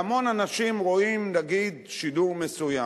והמון אנשים רואים, נגיד, שידור מסוים,